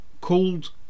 called